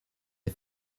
est